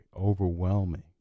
overwhelming